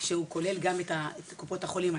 שכולל גם את קופות החולים.